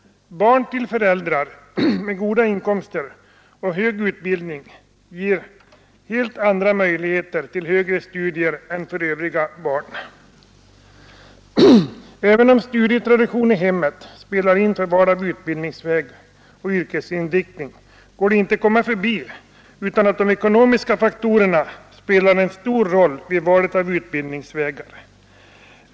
Barn till föräldrar med goda inkomster och hög utbildning har helt andra möjligheter till högre studier än övriga barn. Även om studietraditionen i hemmet spelar in vid val av utbildningsväg och yrkesinriktning går det inte att komma förbi att de ekonomiska faktorerna spelar en stor roll vid valet av utbildningsvägar.